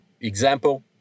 Example